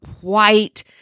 white